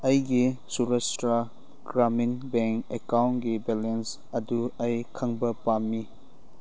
ꯑꯩꯒꯤ ꯁꯨꯒꯁꯇ꯭ꯔꯥ ꯒ꯭ꯔꯥꯃꯤꯟ ꯕꯦꯡ ꯑꯦꯛꯀꯥꯎꯟꯀꯤ ꯕꯦꯂꯦꯟꯁ ꯑꯗꯨ ꯑꯩ ꯈꯪꯕ ꯄꯥꯝꯃꯤ